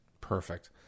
Perfect